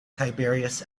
tiberius